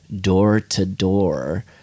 door-to-door